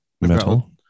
metal